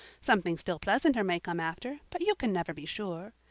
something still pleasanter may come after, but you can never be sure.